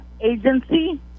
agency